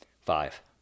Five